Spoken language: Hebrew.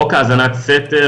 חוק האזנת סתר,